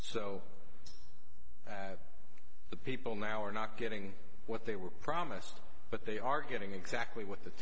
so the people now are not getting what they were promised but they are getting exactly what the